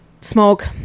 Smoke